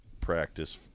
practice